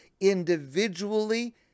individually